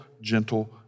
gentle